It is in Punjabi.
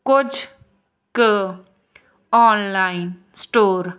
ਕੁਝ ਕੁ ਓਨਲਾਈਨ ਸਟੋਰ